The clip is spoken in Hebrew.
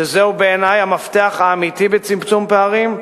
שזהו בעיני המפתח האמיתי לצמצום פערים,